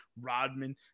Rodman